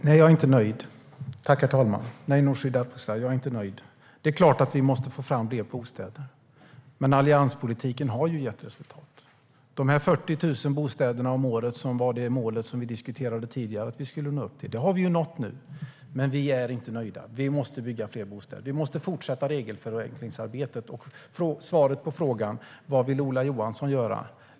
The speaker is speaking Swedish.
Herr talman! Nej, Nooshi Dadgostar, jag är inte nöjd. Det är klart att vi måste få fram fler bostäder. Men allianspolitiken har gett resultat. De 40 000 bostäder om året som var målet vi diskuterade tidigare att vi skulle nå upp till har vi nu nått. Men vi är inte nöjda. Vi måste bygga fler bostäder. Vi måste fortsätta regelförenklingsarbetet. Frågan är: Vad vill Ola Johansson göra?